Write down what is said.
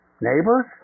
neighbors